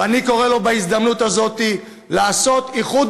ואני קורא לו בהזדמנות הזאת לעשות איחוד